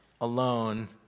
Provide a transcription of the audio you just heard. alone